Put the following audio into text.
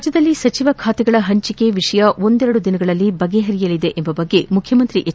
ರಾಜ್ಯದಲ್ಲಿ ಸಚಿವ ಖಾತೆಗಳ ಹಂಚಿಕೆ ವಿಷಯ ಒಂದೆರಡು ದಿನಗಳಲ್ಲಿ ಬಗೆಹರಿಯಲಿದೆ ಎಂಬ ಬಗ್ಗೆ ಮುಖ್ಯಮಂತ್ರಿ ಎಚ್